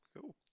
Cool